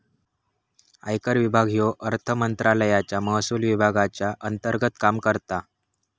आयकर विभाग ह्यो अर्थमंत्रालयाच्या महसुल विभागाच्या अंतर्गत काम करता